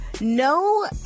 No